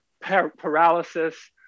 paralysis